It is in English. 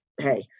Hey